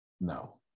No